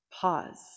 pause